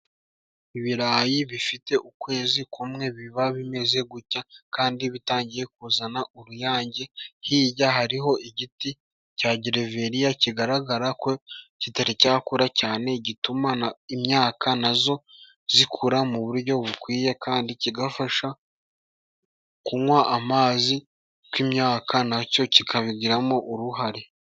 Ibirayi bifite ukwezi kumwe biba bimeze gucya kandi bitangiye kuzana uruyange. Hijya hariho igiti cya gireveriya kigaragara ko kitari cyakura cyane, gituma na imyaka nazo zikura mu buryo bukwiye, kandi kigafasha kunywa amazi kw'imyaka, na cyo kikabigiramo uruhare.